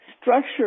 structure